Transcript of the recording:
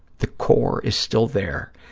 the core is still there,